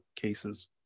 cases